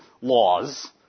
laws